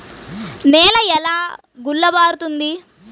నేల ఎలా గుల్లబారుతుంది?